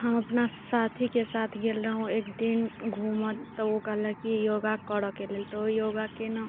हम अपना साथीके साथ गेल रहहुँ एक दिन घूमय तऽ ओ कहलक कि योगा करयके लेल तऽ ओ योगा केलहुँ